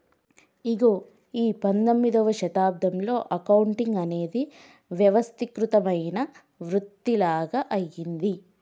ఇగో ఈ పందొమ్మిదవ శతాబ్దంలో అకౌంటింగ్ అనేది వ్యవస్థీకృతమైన వృతిలాగ అయ్యింది